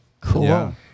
Cool